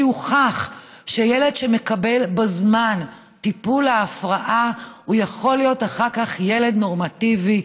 כי הוכח שילד שמקבל בזמן טיפול להפרעה יכול להיות אחר כך ילד נורמטיבי,